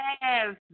Yes